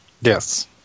Yes